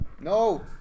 No